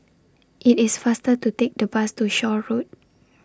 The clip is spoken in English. IT IS faster to Take The Bus to Shaw Road